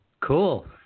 Cool